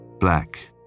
Black